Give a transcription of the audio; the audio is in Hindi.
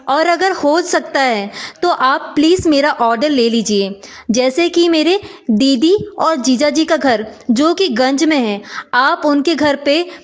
और अगर हो सकता है तो आप प्लीस मेरा ऑडर ले लीजिए जैसे कि मेरे दीदी और जीजा जी का घर जो कि गंज में है आप उनके घर पर